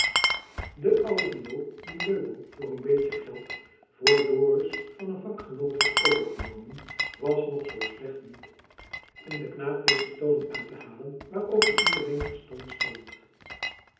de oude viool die löbell voor een beetje geld voor dorus van een vakgenoot had overgenomen was nog zoo slecht niet en de knaap wist er tonen uit te halen waarover iedereen verstomd stond